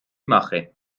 mache